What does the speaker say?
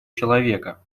человека